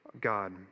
God